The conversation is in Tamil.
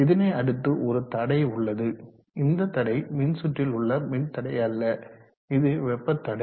இதனை அடுத்து ஒரு தடை உள்ளது இந்த தடை மின்சுற்றில் உள்ள மின்தடை அல்ல இது வெப்ப தடை